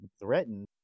threatened